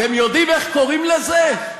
אתם יודעים איך קוראים לזה?